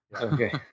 Okay